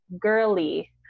girly